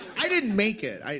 i didn't make it. i